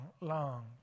long